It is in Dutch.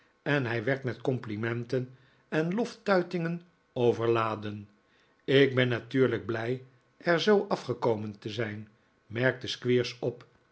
en hij werd met complimenten en loftuitingen overladen ik ben natuurlijk blij er zoo afgekomen te zijn merkte squeers op